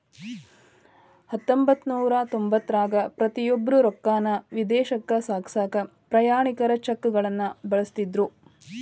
ಹತ್ತೊಂಬತ್ತನೂರ ತೊಂಬತ್ತರಾಗ ಪ್ರತಿಯೊಬ್ರು ರೊಕ್ಕಾನ ವಿದೇಶಕ್ಕ ಸಾಗ್ಸಕಾ ಪ್ರಯಾಣಿಕರ ಚೆಕ್ಗಳನ್ನ ಬಳಸ್ತಿದ್ರು